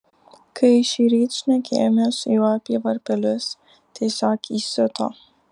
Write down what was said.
kai šįryt šnekėjomės su juo apie varpelius tiesiog įsiuto